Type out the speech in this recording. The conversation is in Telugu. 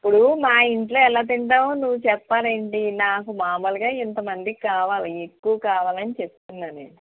ఇప్పుడూ మా ఇంట్లో ఎలా తింటాం నువ్వు చెప్పాలేంటి నాకు మాములుగా ఇంత మందికి కావాలీ ఎక్కువ కావాలని చెప్తున్నాను నేను